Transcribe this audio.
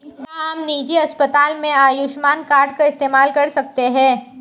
क्या हम निजी अस्पताल में आयुष्मान कार्ड का इस्तेमाल कर सकते हैं?